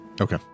Okay